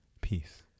Peace